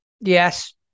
Yes